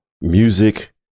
music